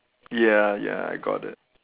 ya ya I got it